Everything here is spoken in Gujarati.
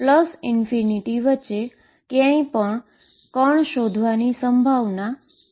જે ∞ અને વચ્ચે ક્યાંય પણ પાર્ટીકલ શોધવાની પ્રોબેબીલીટી 1 છે